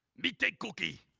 me take cookie.